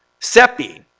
cepi,